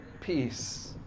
peace